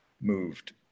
moved